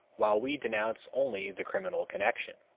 while we denounce only the criminal connection.